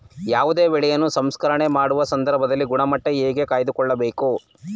ಯಾವುದೇ ಬೆಳೆಯನ್ನು ಸಂಸ್ಕರಣೆ ಮಾಡುವ ಸಂದರ್ಭದಲ್ಲಿ ಗುಣಮಟ್ಟ ಹೇಗೆ ಕಾಯ್ದು ಕೊಳ್ಳಬಹುದು?